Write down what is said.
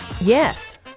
Yes